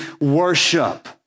worship